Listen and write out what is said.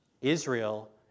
Israel